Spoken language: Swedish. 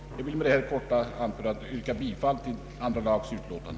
Jag ber att med detta korta anförande få yrka bifall till andra lagutskottets utlåtande.